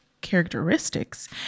characteristics